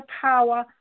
power